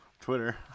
Twitter